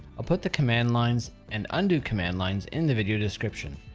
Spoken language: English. i'll put the command lines and undo command lines in the video description.